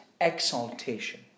exaltation